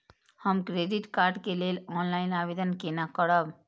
हम credit card के लेल ऑनलाइन आवेदन केना करब?